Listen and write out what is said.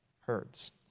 herds